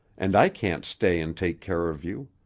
and i can't stay and take care of you.